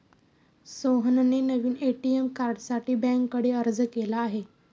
सोहनने नवीन ए.टी.एम कार्डसाठी बँकेकडे अर्ज केला आहे